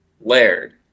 layered